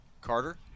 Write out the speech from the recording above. Carter